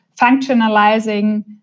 functionalizing